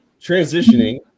transitioning